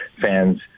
fans